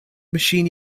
machine